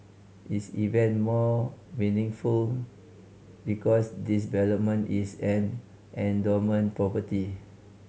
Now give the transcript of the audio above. is even more meaningful because this development is an endowment property